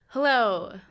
hello